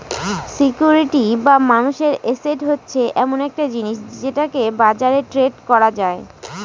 security বা মানুষের asset হচ্ছে এমন একটা জিনিস যেটাকে বাজারে ট্রেড করা যায়